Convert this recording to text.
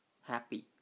happy